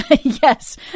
Yes